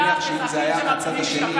ניחשתי מה תגיד,